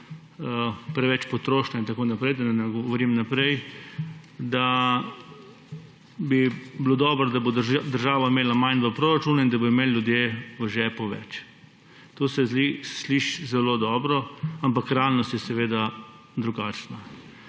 preveč potrošna in tako naprej, da ne govorim naprej – da bi bilo dobro, da bo država imela manj v proračunu in da bodo imeli ljudje v žepu več. To se sliši zelo dobro, ampak realnost je seveda drugačna. Kadar